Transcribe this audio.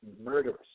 murderous